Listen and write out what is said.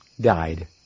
died